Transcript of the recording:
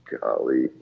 Golly